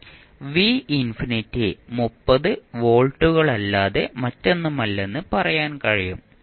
V infinity 30 വോൾട്ടുകളല്ലാതെ മറ്റൊന്നുമല്ലെന്ന് പറയാൻ കഴിയും